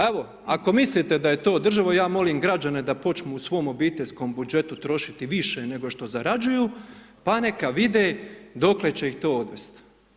Evo, ako mislite da je to održivo, ja molim građane da počnu u svom obiteljskom budžetu trošiti više nego što zarađuju, pa neka vide, dokle će ih to odvesti.